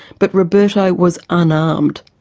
but roberto was unarmed.